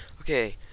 Okay